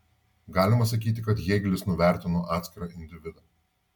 galima sakyti kad hėgelis nuvertino atskirą individą